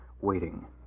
waiting